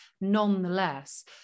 nonetheless